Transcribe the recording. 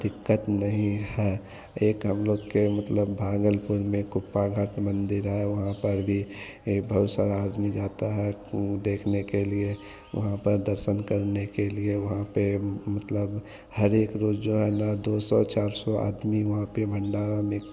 दिक्कत नहीं है एक हम लोग के मतलब भागलपुर में कुप्पाघाट मंदिर है वहाँ पर भी बहुत सारा आदमी जाता है देखने के लिए वहाँ पर दर्शन करने के लिए वहाँ पर मतलब हरेक रोज़ जो है न दो सौ चार सौ आदमी वहाँ पर भंडारे में